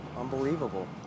Unbelievable